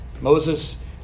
Moses